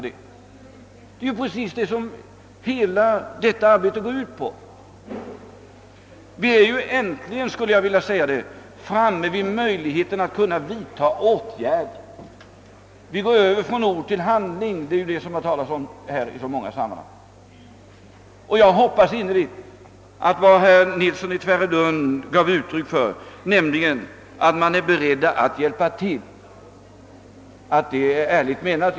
Det är just sådana saker som hela vårt arbete går ut på. Vi går över från ord till handling, som det har talats om här i så många sammanhang. Jag hoppas innerligt att herr Nilssons i Tvärålund uttalande att man är beredd att hjälpa till var ärligt menat.